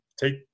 take